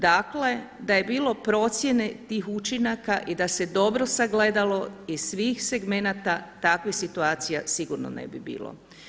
Dakle da je bilo procjene tih učinaka i da se dobro sagledalo iz svih segmenata, takvih situacija sigurno ne bi bilo.